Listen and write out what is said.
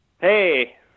Hey